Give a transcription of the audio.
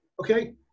okay